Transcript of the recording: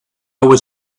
was